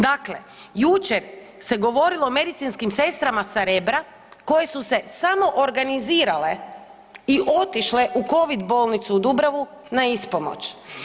Dakle, jučer se govorilo o medicinskim sestrama sa Rebra koje su se samoorganizirale i otišle u Covid bolnicu u Dubravu na ispomoć.